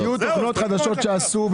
היו תקנות חדשות שעשו.